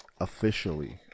officially